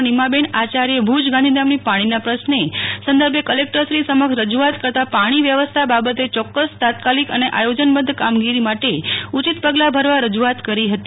નીમાબેન આચાર્યે ભુજ ગાંધીધામની પાણીના પ્રશ્ને સંદર્ભે કલેકટરશ્રી સમક્ષ રજુઆત કરતા પાણી વ્યવસ્થા બાબતે ચોક્કસ તાત્કાલિક અને આયોજનબધ્ધ કામગીરી માટે ઉચિત પગલાં ભરવા રજુઆત કરી ફતી